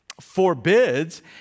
forbids